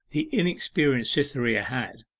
the inexperienced cytherea had,